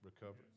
recover